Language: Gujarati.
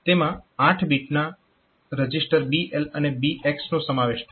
તેમાં બે 8 બીટના રજીસ્ટર BL અને BH નો સમાવેશ થાય છે